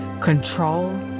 control